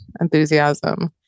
enthusiasm